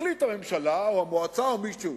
יחליטו הממשלה או המועצה או מישהו